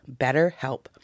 BetterHelp